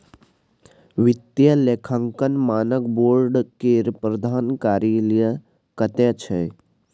वित्तीय लेखांकन मानक बोर्ड केर प्रधान कार्यालय कतय छै